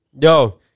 Yo